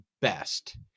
best